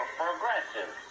progressive